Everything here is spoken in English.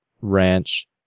ranch